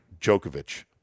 Djokovic